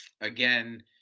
again